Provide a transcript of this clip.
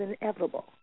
inevitable